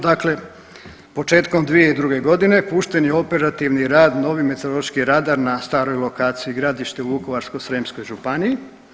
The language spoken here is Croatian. Dakle, početkom 2002. godine pušten je u operativni rad novi meteorološki radar na staroj lokaciji Gradište u Vukovarsko-srijemskoj županiji.